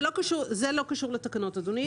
זה לא קשור לתקנות, אדוני.